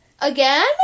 Again